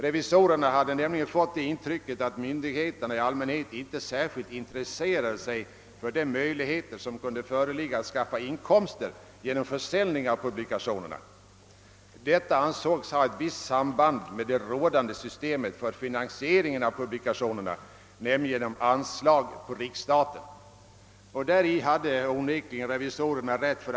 Revisorerna hade nämligen fått det intrycket att myndigheterna i allmänhet inte särskilt intresserade sig för de möjligheter som kunde föreligga att skaffa inkomster genom försäljning av publikationerna. Detta ansågs ha ett visst samband med det rådande systemet för finansieringen av publikationerna, nämligen genom anslag på riksstaten. Däri hade onekligen revisorerna rätt.